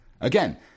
again